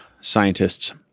scientists